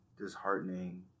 disheartening